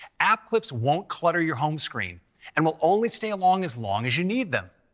app clips won't clutter your home screen and will only stay along as long as you need them.